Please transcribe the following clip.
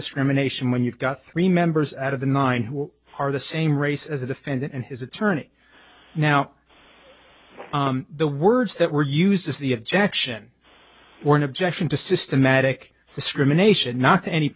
discrimination when you've got three members out of the nine who are the same race as the defendant and his attorney now the words that were used as the objection were an objection to systematic discrimination